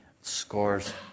scores